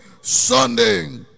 Sunday